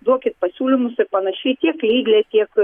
duokit pasiūlymus ir panašiai tiek lidle tiek